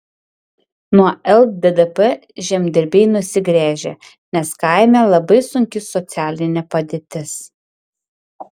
nuo lddp žemdirbiai nusigręžė nes kaime labai sunki socialinė padėtis